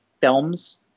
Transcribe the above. films